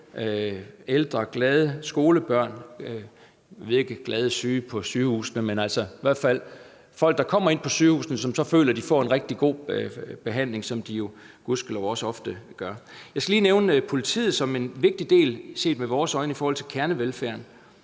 ældre, glade skolebørn, jeg ved ikke, glade syge på sygehusene, men i hvert fald, at folk, der kommer ind på sygehusene, føler, at de får en rigtig god behandling, som de jo gudskelov også ofte gør. Jeg skal lige nævne politiet som en vigtig del set med vores øjne i forhold til kernevelfærden.